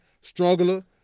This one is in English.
Struggler